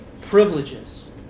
privileges